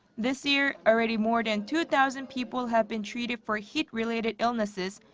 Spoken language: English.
this year, already more than two thousand people have been treated for heat-related illnesses,